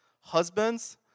husbands